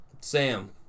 sam